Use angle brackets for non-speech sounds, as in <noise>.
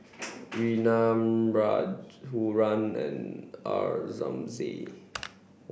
<noise> Neelam Rag huram and <unintelligible>